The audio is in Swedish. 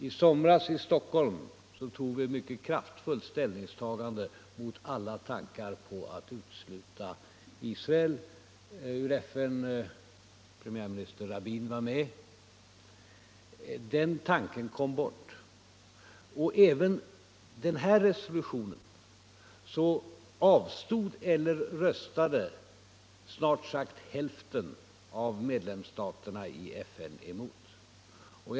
I somras, i Stockholm — premiärminister Rabin var då med — tog vi mycket kraftfullt ställning mot alla tankar på att utesluta Israel ur FN. Den tanken har sedan kommit bort. Även vid beslutsfattandet om den här resolutionen i FN röstade snart sagt hälften av medlemsstaterna emot den eller avstod från att rösta.